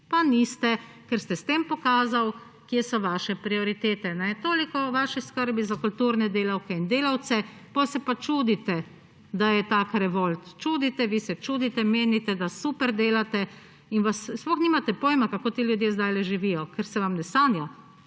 Pa niste, ker ste s tem pokazali, kje so vaše prioritete. Toliko o vaši skrbi za kulturne delavke in delavce, potem se pa čudite, da je tak revolt. Čudite, vi se čudite, menite, da super delate in sploh nimate pojma, kako ti ljudje zdajle živijo, ker se vam ne sanja.